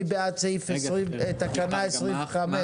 מי בעד תקנה 25?